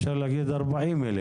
אפשר להגיד 40,000,